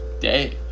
day